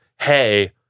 hey